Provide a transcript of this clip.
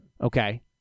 okay